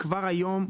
כבר היום,